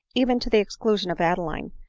even to the exclusion of adeline,